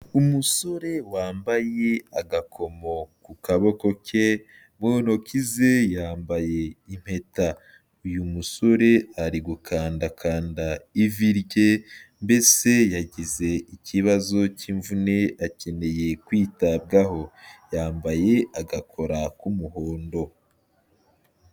Umusore wambaye agakomo ku kaboko ke, mu ntoki ze yambaye impeta. Uyu musore ari gukandakanda ivi rye, mbese yagize ikibazo cy'imvune akeneye kwitabwaho. Yambaye agakora k'umuhondo.